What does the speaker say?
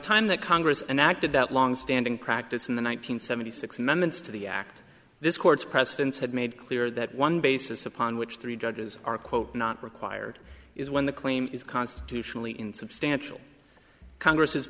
time that congress enacted that longstanding practice in the one nine hundred seventy six minutes to the act this court's precedents had made clear that one basis upon which three judges are quote not required is when the claim is constitutionally insubstantial congress